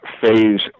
phase